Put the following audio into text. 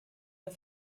der